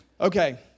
Okay